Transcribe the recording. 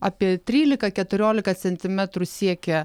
apie trylika keturiolika centimetrų siekia